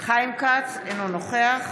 חיים כץ, אינו נוכח